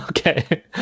Okay